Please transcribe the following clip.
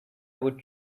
would